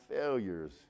failures